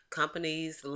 companies